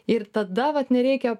ir tada vat nereikia